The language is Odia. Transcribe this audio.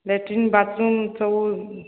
ଲ୍ୟଟ୍ରିନ୍ ବାଥରୁମ୍ ସବୁ